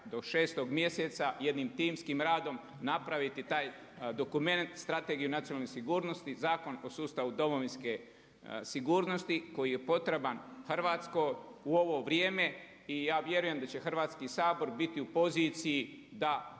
do 6. mjeseca jednim timskim radom napraviti taj dokument, Strategiju nacionalne sigurnosti, Zakon o sustavu domovinske sigurnosti koji je potreban Hrvatskoj u ovo vrijeme. I ja vjerujem da će Hrvatski sabor biti u poziciji da